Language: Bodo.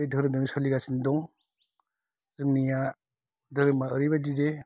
बे धोरोमजोंनो सोलिगासिनो दं जोंनिया धोरोमआ एरैबायदि जे